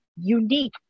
unique